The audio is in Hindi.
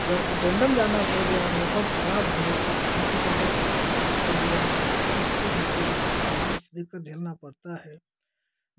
अगर एटेनडम जाना पर गया मौसम खराब है तो कहाँ से चारा का इंतजाम तो दिक्कतें होती है तमाम दिक्कत झेलना पड़ता है